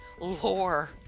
lore